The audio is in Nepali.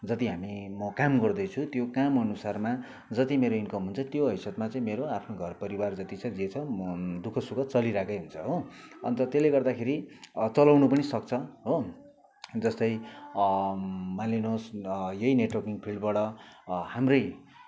जति हामी म काम गर्दैछु त्यो काम अनुसारमा जति मेरो इन्कम हुन्छ त्यो हैसियतमा चाहिँ मेरो आफ्नो घर परिवार जति छ जे छ म दुःख सुख चलिरहेकै हुन्छ हो अन्त त्यसले गर्दाखेरि चलाउनु पनि सक्छ हो जस्तै मानिलिनुहोस् यही नेटवर्किङ फिल्डबाट हाम्रै